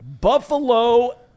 Buffalo